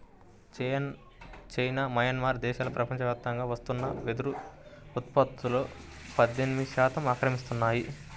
China, Myanmar దేశాలు ప్రపంచవ్యాప్తంగా వస్తున్న వెదురు ఉత్పత్తులో పద్దెనిమిది శాతం ఆక్రమిస్తున్నాయి